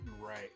Right